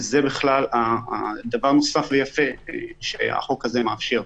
וזה דבר נוסף ויפה שהחוק הזה מאפשר.